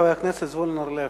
חבר הכנסת זבולון אורלב,